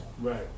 Right